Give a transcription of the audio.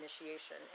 initiation